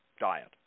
diet